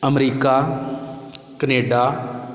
America Canada